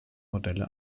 modelle